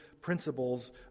principles